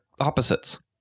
opposites